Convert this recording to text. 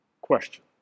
question